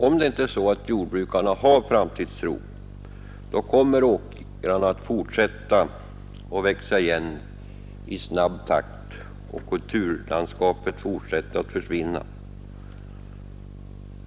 Om jordbrukarna inte har någon framtidstro kommer åkrarna att fortsätta att växa igen i snabb takt, och kulturlandskapet fortsätter att försvinna.